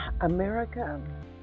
America